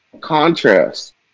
contrast